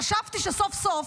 חשבתי שסוף-סוף,